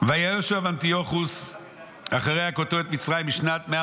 "וישוב אנטיוכוס אחרי הכותו את מצרים בשנת מאה